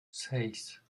seis